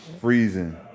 Freezing